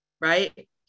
right